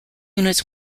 units